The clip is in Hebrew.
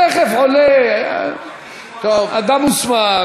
תכף עולה אדם מוסמך,